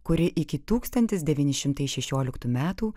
kuri iki tūkstantis devyni šimtai šešioliktų metų